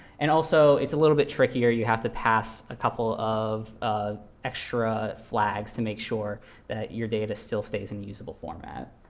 and also, it's a little bit trickier. you have to pass a couple of extra flags to make sure that your data still stays in the usable format.